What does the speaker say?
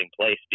place